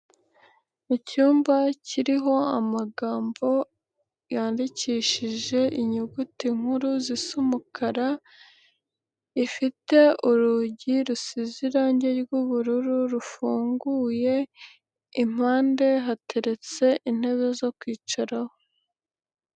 Mu cyumba kiriho amagambo, yandikishije inyuguti nkuru zisa umukara, ifite urugi rusize irangi ry'ubururu rufunguye, impande hateretse intebe zo kwicaraho.